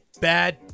bad